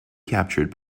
captured